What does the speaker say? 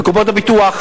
בקופות הביטוח,